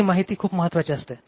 अशी माहिती खूप महत्वाची असते